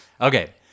Okay